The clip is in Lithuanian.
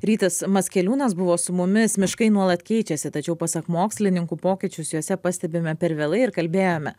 rytis maskeliūnas buvo su mumis miškai nuolat keičiasi tačiau pasak mokslininkų pokyčius juose pastebime per vėlai ir kalbėjome